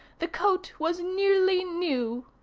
the coat was nearly new.